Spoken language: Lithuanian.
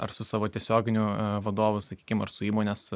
ar su savo tiesioginiu vadovu sakykim ar su įmonės